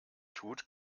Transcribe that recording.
tut